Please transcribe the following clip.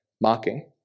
mocking